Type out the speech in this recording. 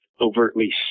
overtly